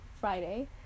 Friday